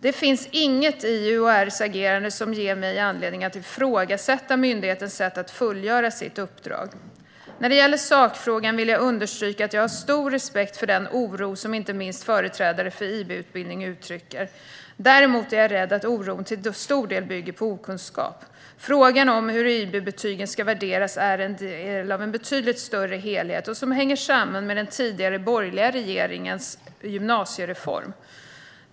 Det finns inget i UHR:s agerande som ger mig anledning att ifrågasätta myndighetens sätt att fullgöra sitt uppdrag. När det gäller sakfrågan vill jag understryka att jag har stor respekt för den oro som inte minst företrädare för IB-utbildning uttrycker. Däremot är jag rädd att oron till stor del bygger på okunskap. Frågan om hur IB-betygen ska värderas är en del av en betydligt större helhet och hänger samman med den tidigare borgerliga regeringens gymnasiereform.